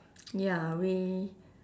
ya we